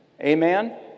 Amen